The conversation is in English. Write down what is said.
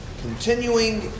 continuing